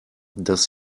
dass